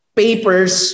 papers